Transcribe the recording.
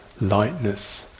lightness